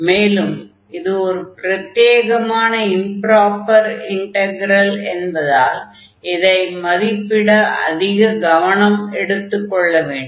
மேலும் இது ஒரு பிரத்யேகமான இம்ப்ராப்பர் இன்டக்ரல் என்பதால் இதை மதிப்பிட அதிக கவனம் எடுத்துக் கொள்ள வேண்டும்